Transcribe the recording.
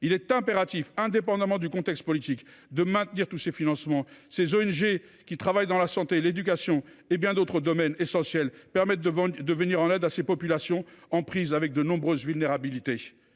Il est impératif, indépendamment du contexte politique, de maintenir tous ces financements. Ces ONG, qui travaillent dans la santé, l’éducation et bien d’autres domaines essentiels permettent de venir en aide à des populations en prise avec de nombreuses vulnérabilités.